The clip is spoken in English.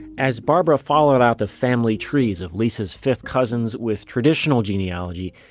as barbara followed out the family trees of lisa's fifth cousins with traditional genealogy,